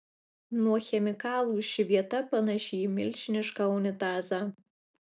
nuo chemikalų ši vieta panaši į milžinišką unitazą